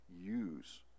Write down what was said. use